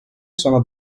sono